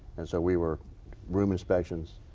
and so we were room inspection.